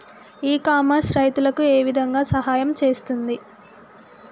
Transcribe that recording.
ఇ commerce రైతులకు ఏ విధంగా సహాయం చేస్తుంది?